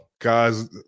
guys